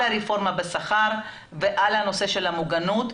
על הרפורמה בשכר ועל נושא המוגנות.